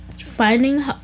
finding